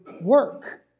work